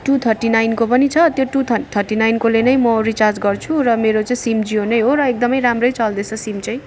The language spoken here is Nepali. टु थर्टी नाइनको पनि छ त्यो टु थर्टी नाइनकोले नै म रिचार्ज गर्छु र मेरो चाहिँ सिम जियो नै हो र एकदम राम्रो चल्दैछ सिम चाहिँ